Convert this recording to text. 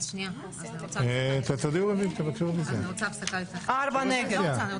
4 נגד.